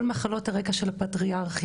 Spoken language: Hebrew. כל מחלות הרקע של הפטריארכיה